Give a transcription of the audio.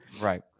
Right